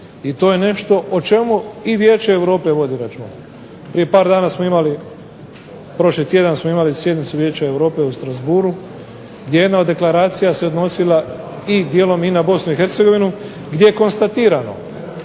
to je nešto o čemu i Vijeće Europe vodi računa. Prije par dana smo imali sjednicu vijeća Europe u Strasbourghu gdje je jedna od deklaracija se odnosila i dijelom na BiH gdje je konstatirano